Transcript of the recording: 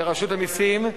לרשות המסים,